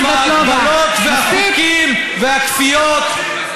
עם ההגבלות והחוקים והכפיות.